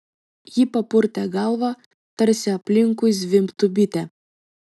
ji papurtė galvą tarsi aplinkui zvimbtų bitė